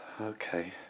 okay